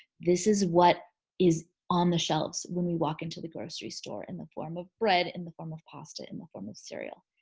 this is what is on the shelves when we walk into the grocery store in the form of bread, in the form of pasta in the form of cereal.